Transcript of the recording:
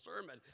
sermon